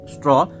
Straw